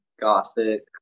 gothic